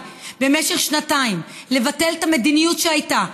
במשך שנתיים לבטל את המדיניות שהייתה,